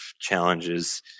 challenges